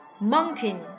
Mountain